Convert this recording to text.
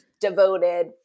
devoted